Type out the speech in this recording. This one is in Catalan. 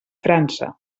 frança